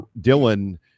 Dylan